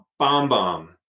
BombBomb